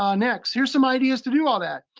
um next, here's some ideas to do all that.